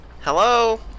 Hello